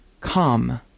come